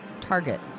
target